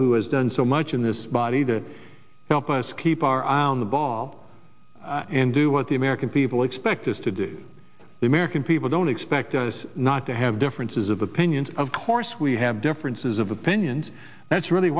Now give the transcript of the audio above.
who has done so much in this body to help us keep our eye on the ball and do what the american people expect us to do the american people don't expect us not to have differences of opinions of course we have differences of opinions that's really